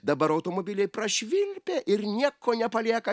dabar automobiliai prašvilpia ir nieko nepalieka